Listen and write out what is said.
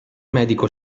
medico